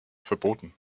verboten